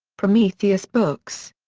prometheus books.